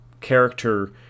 character